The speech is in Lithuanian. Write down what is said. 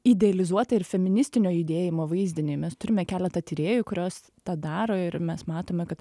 idealizuotą ir feministinio judėjimo vaizdinį mes turime keletą tyrėjų kurios tą daro ir mes matome kad